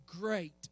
great